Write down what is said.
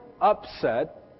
upset